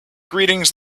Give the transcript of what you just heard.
greetings